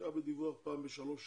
אפשר בדיווח פעם בשלוש שנים,